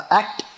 act